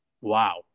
Wow